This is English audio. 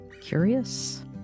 Curious